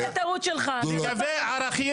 (היו"ר יעקב אשר, 18:15) תנו לו לסיים.